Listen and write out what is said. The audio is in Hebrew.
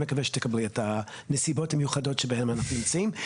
אני מקווה שתקבלי את הנסיבות המיוחדות שבהן אנחנו נמצאים,